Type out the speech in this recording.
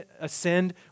ascend